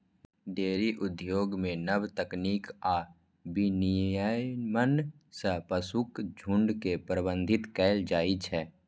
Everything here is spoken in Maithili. डेयरी उद्योग मे नव तकनीक आ विनियमन सं पशुक झुंड के प्रबंधित कैल जाइ छै